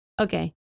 Okay